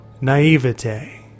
Naivete